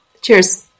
Cheers